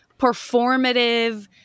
performative